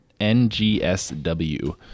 NGSW